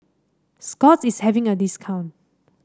Scott's is having a discount